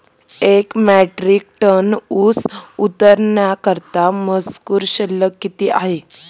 एक metric ton ऊस उतरवण्याकरता मजूर शुल्क किती आहे?